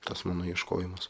tas mano ieškojimas